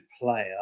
player